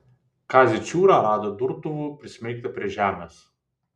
kazį čiūrą rado durtuvu prismeigtą prie žemės